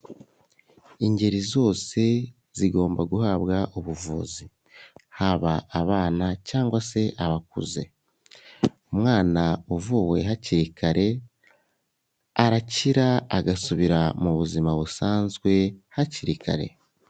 Ingeri zose zigomba guhabwa ubuvuzi, haba abana cyangwa se abakuze, umwana uvuwe hakiri kare, arakira, agasubira mu buzima busanzwe hakiri kare.